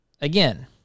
again